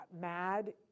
mad